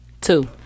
Two